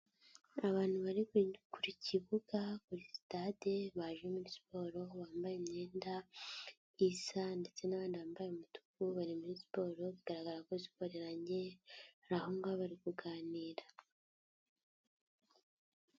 Abantu bari ku kibuga kuri si stade baje muri siporo, bambaye imyenda isa ndetse n'abandi bambaye umutuku bari muri siporo bigaragara ko siporo irangiye bari aho ngaho bari kuganira.